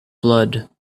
blood